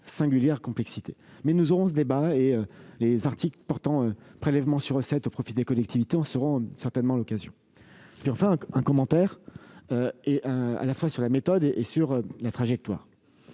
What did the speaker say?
singulière complexité. Mais nous aurons ce débat ; l'examen des articles portant prélèvement sur recettes au profit des collectivités en sera certainement l'occasion. Un commentaire, enfin, sur la méthode et sur la trajectoire.